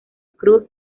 cruz